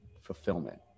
fulfillment